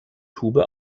tube